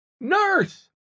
Nurse